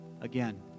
again